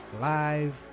live